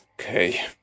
Okay